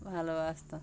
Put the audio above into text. ভালোবাসতো